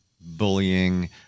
bullying